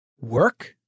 Work